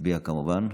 נצביע כמובן.